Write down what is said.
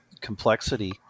complexity